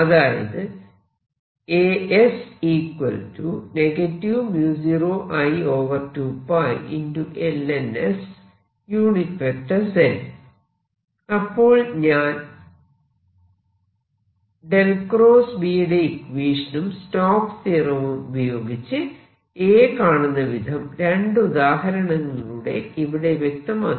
അതായത് അപ്പോൾ ഞാൻ B യുടെ ഇക്വേഷനും സ്റ്റോക്സ് തിയറവും ഉപയോഗിച്ച് A കാണുന്ന വിധം രണ്ടു ഉദാഹരണങ്ങളിലൂടെ ഇവിടെ വ്യക്തമാക്കി